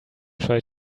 try